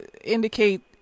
indicate